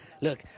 Look